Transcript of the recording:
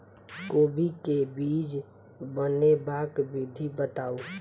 कोबी केँ बीज बनेबाक विधि बताऊ?